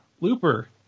Looper